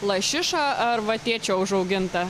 lašiša ar va tėčio užauginta